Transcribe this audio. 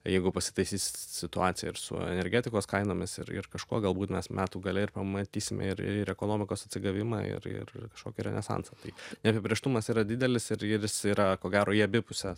jeigu pasitaisys situacija ir su energetikos kainomis ir ir kažkuo galbūt mes metų gale ir pamatysim ir ir ekonomikos atsigavimą ir ir kažkokį renesansą tai neapibrėžtumas yra didelis ir ir jis yra ko gero į abi puses